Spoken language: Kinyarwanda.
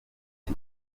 ati